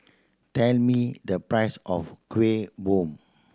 tell me the price of Kuih Bom